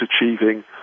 achieving